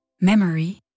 memory